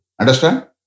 Understand